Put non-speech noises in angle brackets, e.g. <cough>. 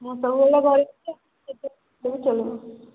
ମୁଁ ସବୁ ବେଳେ ଘରେ <unintelligible> ଚଳିବ